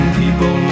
people